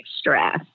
stress